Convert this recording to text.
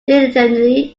diligently